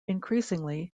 increasingly